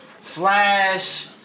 Flash